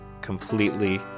completely